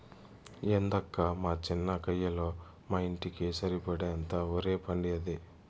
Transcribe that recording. ఏందక్కా మా చిన్న కయ్యలో మా ఇంటికి సరిపడేంత ఒరే పండేది